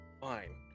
Fine